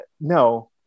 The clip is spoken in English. no